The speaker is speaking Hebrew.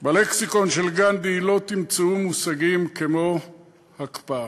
בלקסיקון של גנדי לא תמצאו מושגים כמו הקפאה.